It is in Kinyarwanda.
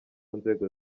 nzego